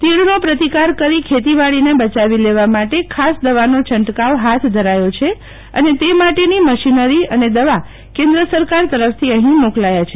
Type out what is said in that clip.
તિડનો પ્રતિકાર કરી ખેતીવાડીને બયાવી લેવા માટે ખાસ દવાનો છંટકાવ હાથ ધરાયો છે અને તે માટેની મશીનરી અને દવા કેન્દ્ર સરકાર તરફથી અહીં મોકલાયા છે